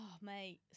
mate